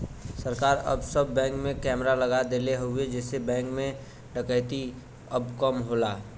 सरकार अब सब बैंक में कैमरा लगा देले हउवे जेसे बैंक में डकैती अब कम होला